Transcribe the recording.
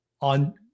on